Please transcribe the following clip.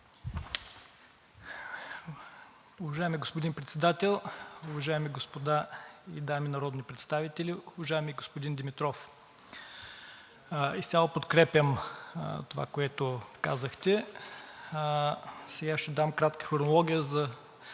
Уважаеми господин Председател, уважаеми господа и дами народни представители! Уважаеми господин Димитров, изцяло подкрепям това, което казахте. Сега ще дам кратка хронология, за